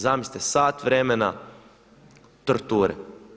Zamislite sat vremena torture.